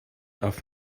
auf